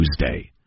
Tuesday